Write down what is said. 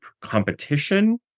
competition